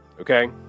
okay